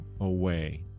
away